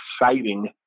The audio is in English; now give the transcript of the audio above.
exciting